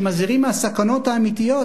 שמזהירים מהסכנות האמיתיות,